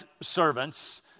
servants